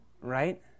right